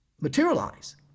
materialize